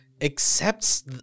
accepts